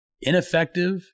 ineffective